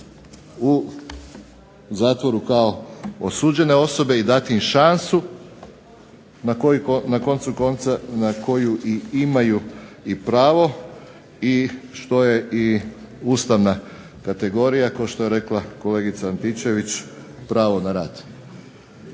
u zatvoru kao osuđene osobe i dati im šansu na koncu konca na koju i imaju i pravo i što je i ustavna kategorija kao što je rekla kolegica Antičević – pravo na rad.